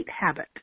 habit